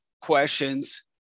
questions